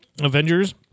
avengers